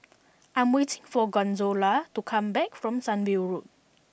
I'm waiting for Gonzalo to come back from Sunview Road